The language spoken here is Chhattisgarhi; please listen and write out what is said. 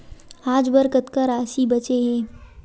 आज बर कतका राशि बचे हे?